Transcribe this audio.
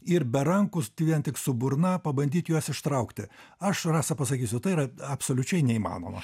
ir be rankų vien tik su burna pabandyt juos ištraukti aš rasa pasakysiu tai yra absoliučiai neįmanoma